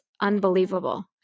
unbelievable